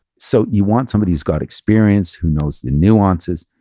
so you want somebody who's got experience, who knows the nuances,